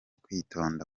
kwitonda